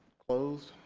close.